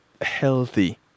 healthy